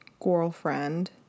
girlfriend